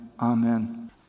amen